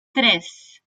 tres